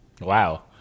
Wow